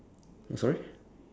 sorry